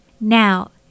Now